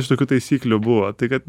iš tokių taisyklių buvo tai kad